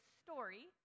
story